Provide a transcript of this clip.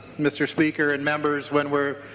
mr. speaker and members when we are